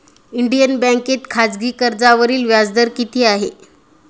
Indian बँकेत खाजगी कर्जावरील व्याजदर किती आहे?